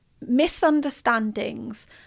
misunderstandings